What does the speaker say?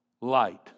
light